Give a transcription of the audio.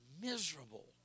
miserable